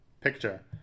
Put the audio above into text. picture